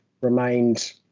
remained